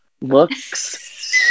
looks